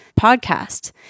podcast